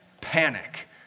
panic